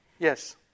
Yes